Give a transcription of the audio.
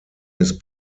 ist